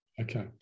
okay